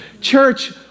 Church